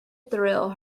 thrill